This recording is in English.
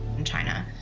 in china,